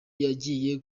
yagiye